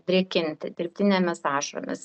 drėkinti dirbtinėmis ašaromis